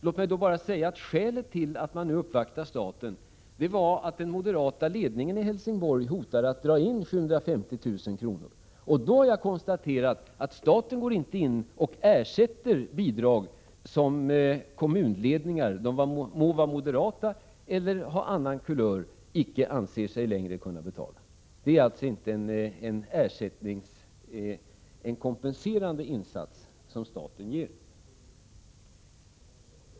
Låt mig då bara säga att skälet till att man nu uppvaktar staten är att den moderata ledningen i Helsingborg hotat med att dra in 750 000 kr. Jag har konstaterat att staten inte går in med ersättning för bidrag som kommunledningar — de må vara moderata eller av annan kulör — icke längre anser sig kunna ge. Någon kompenserande insats gör staten alltså inte.